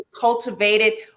cultivated